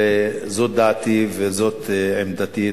וזאת דעתי וזאת עמדתי.